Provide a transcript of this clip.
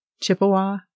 Chippewa